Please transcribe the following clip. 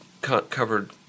covered